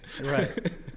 Right